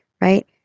right